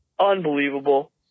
Unbelievable